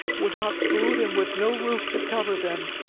without food and with no roof to cover them,